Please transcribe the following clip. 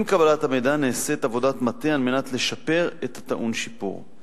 עם קבלת המידע נעשית עבודת מטה על מנת לשפר את הטעון שיפור.